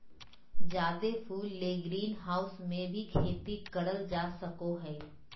जादे फूल ले ग्रीनहाऊस मे भी खेती करल जा सको हय